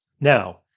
now